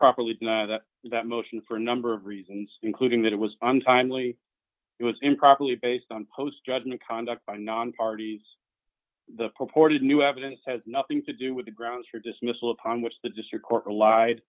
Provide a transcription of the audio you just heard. properly that that motion for a number of reasons including that it was untimely it was improperly based on post judgment conduct by non parties the purported new evidence has nothing to do with the grounds for dismissal upon which the district court relied